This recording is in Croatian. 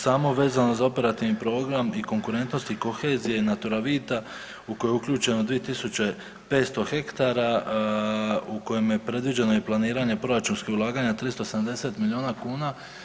Samo vezano za operativni program i konkurentnosti i kohezije NATURAVITA u koje je uključeno 2500 ha u kojem je predviđeno i planiranje proračunskih ulaganja 370 milijuna kuna.